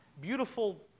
beautiful